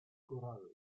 corral